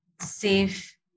safe